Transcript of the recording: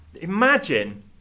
imagine